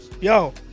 yo